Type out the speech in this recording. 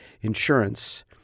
Insurance